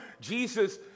Jesus